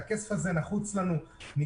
אני